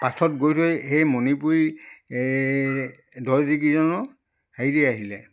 পাছত গৈ থৈ সেই মণিপুৰী এই দৰ্জীকেইজনৰ হেৰি আহিলে